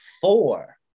Four